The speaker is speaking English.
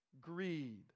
greed